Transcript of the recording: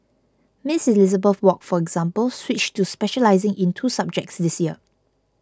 Miss Elizabeth Wok for example switched to specialising in two subjects this year